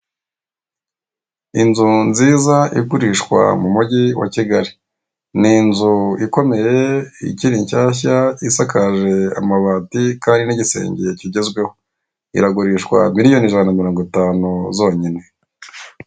Inzu nziza igurishwa, mu mugi wa Kigali. Ni inzu ikomeye, ikiri nshyashya, isakaje amabati kandi n'igisenge kigezweho. Iragurishwa miliyoni ijana na mirongo itanu zonyine.